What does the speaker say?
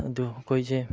ꯑꯗꯨ ꯑꯩꯈꯣꯏꯁꯦ